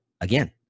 again